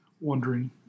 wondering